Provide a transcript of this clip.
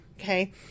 Okay